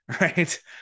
right